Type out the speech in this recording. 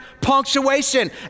punctuation